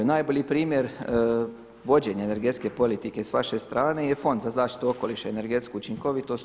Najbolji primjer vođenja energetske politike s vaše strane je Fond za zaštitu okoliša i energetsku učinkovitost.